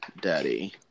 Daddy